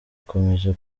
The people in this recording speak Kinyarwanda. ikomeje